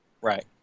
Right